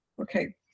Okay